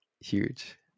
huge